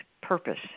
purpose